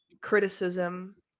criticism